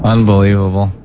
Unbelievable